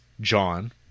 John